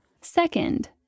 Second